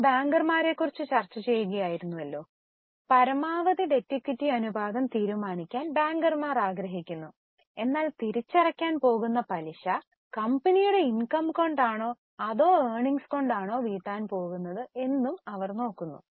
നമ്മൾ ബാങ്കർമാരെക്കുറിച്ച് ചർച്ച ചെയ്യുകയായിരുന്നു പരമാവധി ഡെറ്റ് ഇക്വിറ്റി അനുപാതം തീരുമാനിക്കാൻ ബാങ്കർമാർ ആഗ്രഹിക്കുന്നു എന്നാൽ തിരിച്ചടയ്ക്കാൻ പോകുന്ന പലിശ കമ്പനിയുടെ ഇൻകം കൊണ്ടാണോ അതോ ഏർണിങ്സ് കൊണ്ടാണോ വീട്ടാൻ പോകുന്നത് എന്നും അവർ നോക്കുന്നു